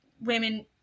women